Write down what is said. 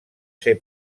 ser